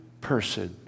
person